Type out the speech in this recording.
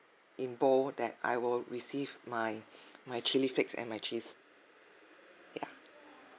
in bold that I will receive my my chilli flakes and my cheese ya